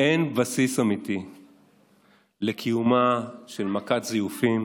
אין בסיס אמיתי לקיומה של מכת זיופים,